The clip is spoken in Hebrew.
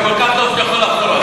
הוא כל כך טוב שאתה יכול לחזור,